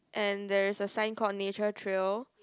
and there is a sign called nature trail